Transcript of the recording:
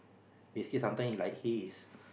basically sometime like he is